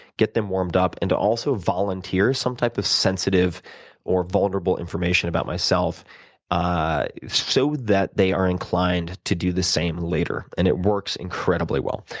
get them warmed up, and to also volunteer some type of sensitive or vulnerable information about myself ah so that they are inclined to do the same later. and it works incredibly well.